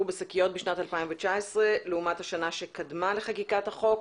בשקיות בשנת 2019 לעומת השנה שקדמה לחקיקת החוק.